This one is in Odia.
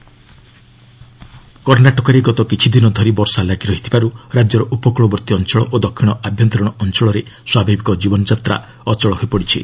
କର୍ଣ୍ଣାଟକା ରେନ୍ କର୍ଣ୍ଣାଟକରେ ଗତ କିଛିଦିନ ଧରି ବର୍ଷା ଲାଗି ରହିଥିବାରୁ ରାଜ୍ୟର ଉପକ୍ୱଳବର୍ତ୍ତୀ ଅଞ୍ଚଳ ଓ ଦକ୍ଷିଣ ଆଭ୍ୟନ୍ତରିଣ ଅଞ୍ଚଳରେ ସ୍ୱାଭାବିକ ଜୀବନଯାତ୍ରା ଅଚଳ ହୋଇ ପଡ଼ିଛି